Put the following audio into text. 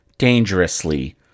dangerously